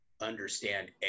understand